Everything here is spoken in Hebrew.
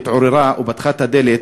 התעוררה ופתחה את הדלת,